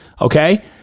Okay